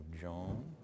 John